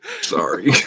Sorry